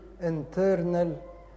internal